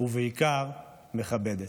ובעיקר מכבדת.